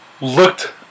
looked